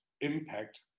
impact